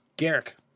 Garrick